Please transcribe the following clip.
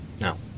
no